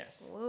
Yes